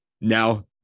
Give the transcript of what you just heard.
now